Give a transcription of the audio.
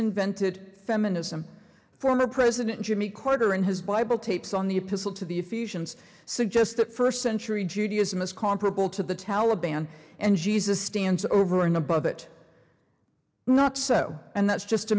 invented feminism former president jimmy carter and his bible tapes on the epistle to the fusions suggest that first century judaism is comparable to the taliban and jesus stands over and above it not so and that's just